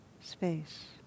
space